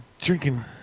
drinking